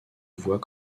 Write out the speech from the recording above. voit